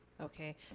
Okay